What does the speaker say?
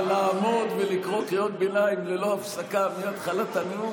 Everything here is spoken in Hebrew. אבל לעמוד ולקרוא קריאות ביניים ללא הפסקה מהתחלת הנאום,